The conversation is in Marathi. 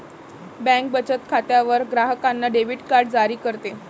बँक बचत खात्यावर ग्राहकांना डेबिट कार्ड जारी करते